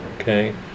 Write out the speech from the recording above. okay